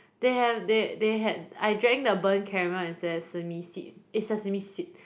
they have they they had I drank the burnt caramel and sesame seeds eh sesame seeds